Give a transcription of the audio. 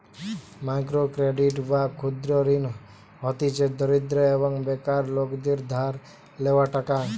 micro credit বা ক্ষুদ্র ঋণ হতিছে দরিদ্র এবং বেকার লোকদের ধার লেওয়া টাকা